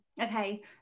okay